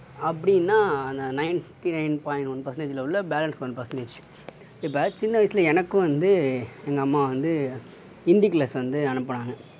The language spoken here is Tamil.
அப்படின்னா அந்த நைன்டி நயன் பாயிண்ட் ஒன் பர்சென்டேஜில் உள்ள பேலன்ஸ் ஒன் பர்சென்டேஜ் இப்போ சின்ன வயசுல எனக்கும் வந்து எங்கள் அம்மா வந்து ஹிந்தி கிளாஸ் வந்து அனுப்புனாங்கள்